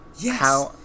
Yes